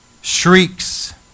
Shrieks